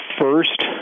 first